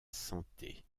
santé